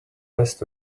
best